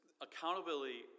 accountability